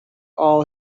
all